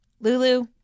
Lulu